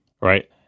Right